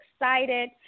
excited